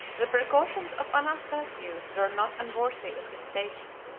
the precautions of anastasius were not unworthy of his station,